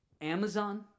Amazon